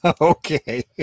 Okay